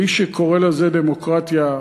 מי שקורה לזה דמוקרטיה,